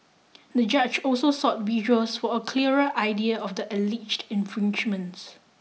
the judge also sought visuals for a clearer idea of the alleged infringements